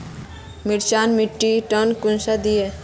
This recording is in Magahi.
मिर्चान मिट्टीक टन कुंसम दिए?